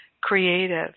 creative